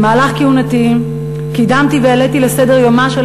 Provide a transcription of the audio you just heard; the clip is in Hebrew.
במהלך כהונתי קידמתי והעליתי על סדר-יומה של